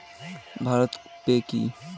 Bharat pay কি?